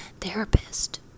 therapist